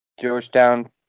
Georgetown